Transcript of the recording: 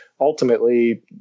Ultimately